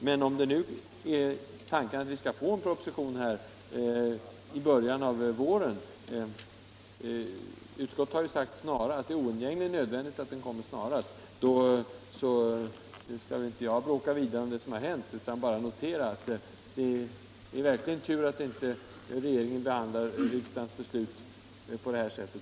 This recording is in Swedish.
Men om det nu är meningen att vi skall få en proposition i början av våren nästa år — utskottet har ju sagt att det är oundgängligen nödvändigt att proposition framläggs snarast — så skall väl inte jag bråka vidare om vad som har hänt utan bara notera att det verkligen är tur att regeringen inte behandlar alla riksdagens beslut på detta sätt.